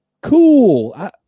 Cool